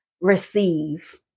receive